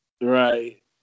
Right